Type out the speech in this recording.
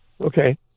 Okay